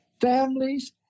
families